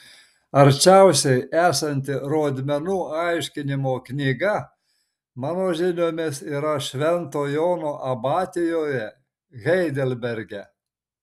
arčiausiai esanti rodmenų aiškinimo knyga mano žiniomis yra švento jono abatijoje heidelberge